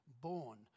born